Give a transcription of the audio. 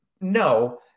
No